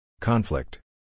Conflict